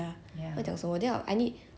读不懂